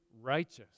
righteous